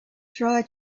try